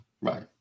Right